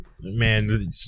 Man